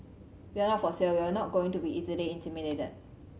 we're not for sale and we're not going to be easily intimidated